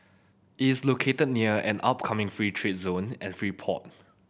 is located near an upcoming free trade zone and free port